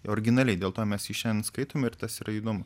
originaliai dėl to mes jį šiandien skaitome ir tas yra įdomu